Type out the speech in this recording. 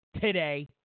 today